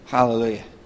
Hallelujah